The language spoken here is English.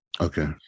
Okay